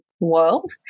world